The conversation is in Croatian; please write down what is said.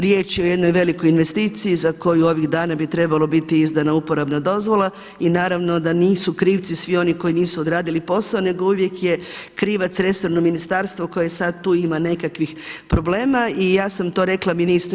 Riječ je o jednoj investiciji za koju bi ovih dana trebalo biti izdana uporabna dozvola i naravno da nisu krivci svi oni koji nisu odradili posao nego uvijek je krivac resorno ministarstvo koje sada tu ima nekakvih problema i ja sam to rekla ministru.